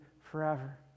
forever